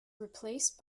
replaced